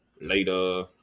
Later